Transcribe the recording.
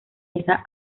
esa